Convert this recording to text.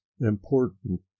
important